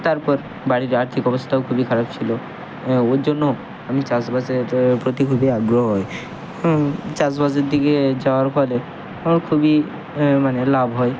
তারপর বাড়ির আর্থিক অবস্তাও খুবই খারাপ ছিলো হ্যাঁ ওর জন্য আমি চাষবাসের প্রতি খুবই আগ্রহ হই চাষবাসের দিগে যাওয়ার ফলে আমার খুবই মানে লাভ হয়